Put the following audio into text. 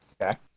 Okay